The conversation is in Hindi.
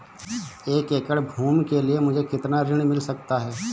एक एकड़ भूमि के लिए मुझे कितना ऋण मिल सकता है?